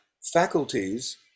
faculties